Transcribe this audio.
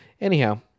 Anyhow